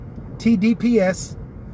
TDPS